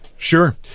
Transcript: Sure